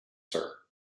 her